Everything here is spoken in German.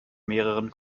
mehreren